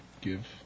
give